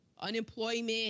unemployment